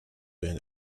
been